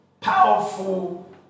powerful